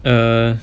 err